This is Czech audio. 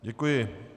Děkuji.